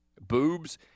boobs